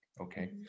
okay